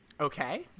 Okay